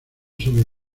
sobre